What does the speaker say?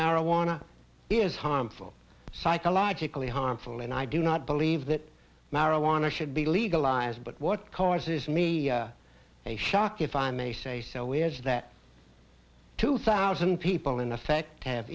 marijuana is harmful psychologically harmful and i do not believe that marijuana should be legalized but what causes me a shock if i may say so weird that two thousand people in effect have